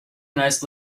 nice